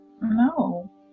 no